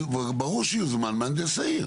ברור שיוזמן ההנדסאי.